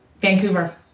Vancouver